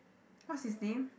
what's his name